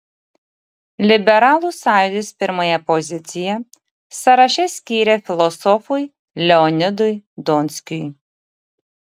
liberalų sąjūdis pirmąją poziciją sąraše skyrė filosofui leonidui donskiui